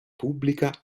pubblica